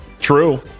True